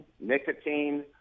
nicotine